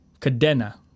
Cadena